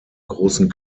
großen